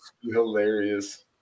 Hilarious